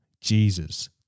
Jesus